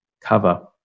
cover